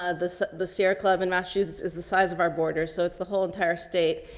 ah the the sierra club and massachusetts is the size of our borders. so it's the whole entire state.